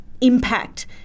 impact